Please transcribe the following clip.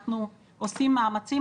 אנחנו עושים מאמצים.